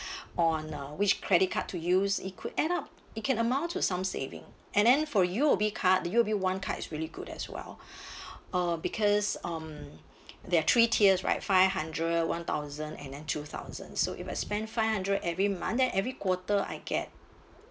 on uh which credit card to use it could add up it can amount to some saving and then for U_O_B card the U_O_B one card is really good as well uh because um there are three tiers right five hundred one thousand and then two thousand so if I spend five hundred every month then every quarter I get